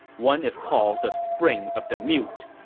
one is called the spring of the mute.